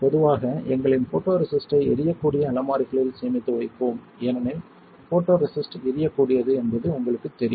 பொதுவாக எங்களின் போட்டோரெசிஸ்ட்டை எரியக்கூடிய அலமாரிகளில் சேமித்து வைப்போம் ஏனெனில் போட்டோரெசிஸ்ட் எரியக்கூடியது என்பது உங்களுக்குத் தெரியும்